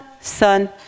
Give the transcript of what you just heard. Son